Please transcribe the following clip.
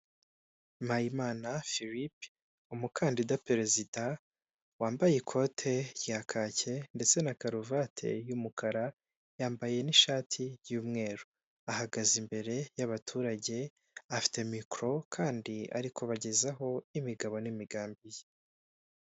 Muhayimana Phillipe; umukandida perezida, wambaye ikote rya kake ndetse na karuvati y'umukara, yambaye n'ishati y'umweru, ahagaze imbere y'abaturage, afite mikoro kandi ari kubagezaho imigabo n'imigambi ye.